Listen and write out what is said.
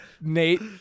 Nate